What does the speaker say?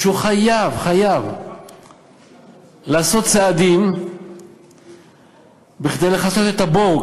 ושהוא חייב לעשות צעדים כדי לכסות את הבור.